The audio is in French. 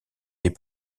des